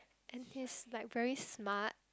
and he's like very smart